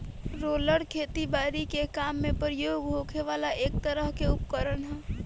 roller खेती बारी के काम में प्रयोग होखे वाला एक तरह के उपकरण ह